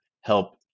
help